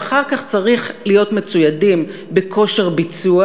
ואחר כך צריך להיות מצוידים בכושר ביצוע